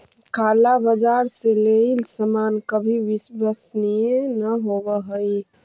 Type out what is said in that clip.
काला बाजार से लेइल सामान कभी विश्वसनीय न होवअ हई